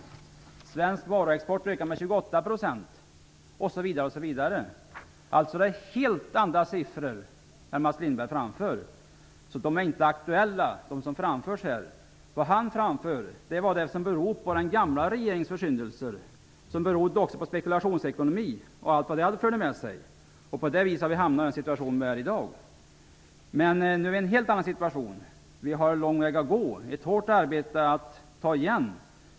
Svensk varuexport steg med 28 % osv. Detta är helt andra siffror än de som Mats Lindberg nämnde. De siffror han framställde är inte aktuella. Han talade om sådant som berodde på den förra regeringens försyndelser med spekulationsekonomi och allt vad det förde med sig. Därigenom har vi hamnat i den situation som vi i dag befinner oss i. Vi har lång väg att gå och ett hårt arbete att ta igen.